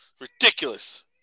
Ridiculous